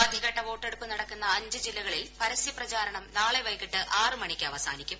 ആദ്യഘട്ട വോട്ടെടുപ്പ് നടക്കുന്ന അഅഞ്ച് ജില്ലകളിൽ പരസ്യ പ്രചാരണം നാളം വൈകിട്ട് കേന് അവസാനിക്കും